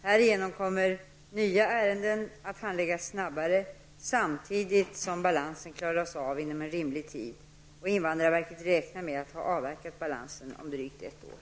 Härigenom kommer nya ärenden att handläggas snabbare samtidigt som balansen klaras av inom rimlig tid. Invandrarverket räknar med att ha avarbetat balanserna om drygt ett år.